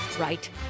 right